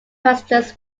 passengers